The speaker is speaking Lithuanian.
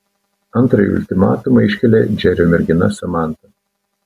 antrąjį ultimatumą iškelia džerio mergina samanta